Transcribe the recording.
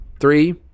Three